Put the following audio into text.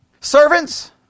Servants